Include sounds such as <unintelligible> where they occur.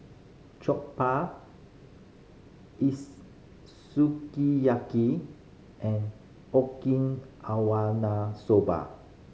Jokbal <unintelligible> Sukiyaki and <unintelligible> soba